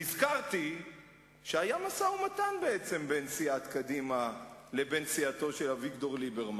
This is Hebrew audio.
נזכרתי שהיה משא-ומתן בין סיעת קדימה לבין סיעתו של אביגדור ליברמן,